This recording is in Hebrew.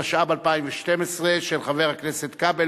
התשע"ב 2012,